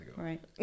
right